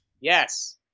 Yes